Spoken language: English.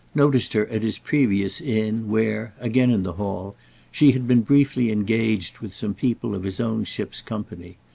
noticed her at his previous inn, where again in the hall she had been briefly engaged with some people of his own ship's company.